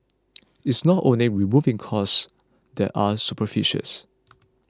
it's not only removing costs that are superfluous